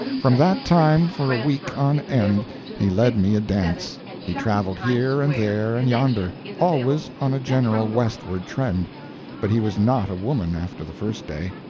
from that time for a week on end he led me a dance. he travelled here and there and yonder always on a general westward trend but he was not a woman after the first day.